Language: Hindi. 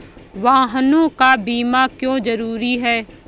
वाहनों का बीमा क्यो जरूरी है?